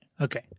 Okay